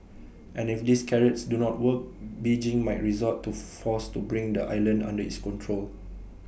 and if these carrots do not work Beijing might resort to force to bring the island under its control